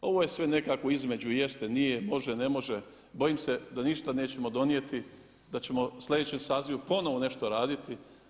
Ovo je sve nekako između jeste, nije, može, ne može, bojim se da ništa nećemo donijeti da ćemo u sljedećem sazivu ponovo nešto raditi.